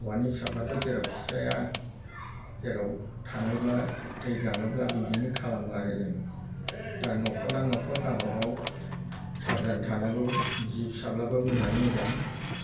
हौवानि फिसाफ्राथ' जेरावखि जाया जेराव थाङोब्ला दै गाङोब्ला बिदिनो खालामनो आरो जों दा न'खरना न'खर गाबा गाव साब'धान थानांगौ बिसि फिसाब्लाबो मोजाङै मोजां